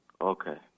Okay